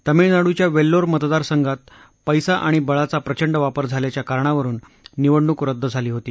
तामिळनाडूच्या वेल्लोर मतदारसंघात पैसा आणि बळाचा प्रचंड वापर झाल्याच्या कारणावरुन निवडणूक रद्द झाली होती